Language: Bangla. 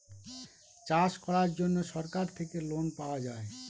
চাষ করার জন্য সরকার থেকে লোন পাওয়া যায়